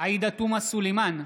עאידה תומא סלימאן,